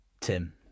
Tim